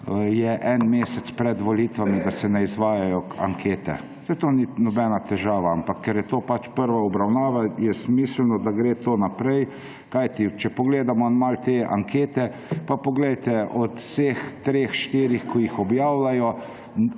se en mesec pred volitvami ne izvajajo ankete. Saj to ni nobena težava. Ampak, ker je to pač prva obravnava, je smiselno, da gre to naprej, kajti če pogledamo malo te ankete, pa poglejte od vseh treh, štirih, ki jih objavljajo,